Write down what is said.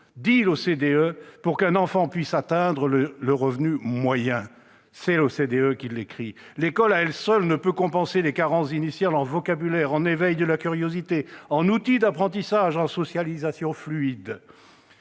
l'OCDE, pour qu'un enfant pauvre puisse atteindre le revenu moyen. L'école, à elle seule, ne peut compenser les carences initiales en vocabulaire, en éveil de la curiosité, en outils d'apprentissage, en socialisation fluide.